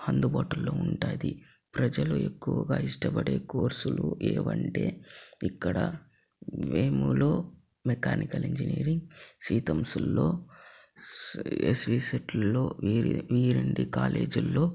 అందుబాటులో ఉంటుంది ప్రజలు ఎక్కువగా ఇష్టపడే కోర్సులు ఏవంటే ఇక్కడ వేములు మెకానికల్ ఇంజనీరింగ్ సీతంసుల్లో సిఎస్సి సెట్లో వేరే వేరంటి కాలేజీల్లో